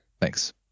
thanks